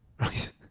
Right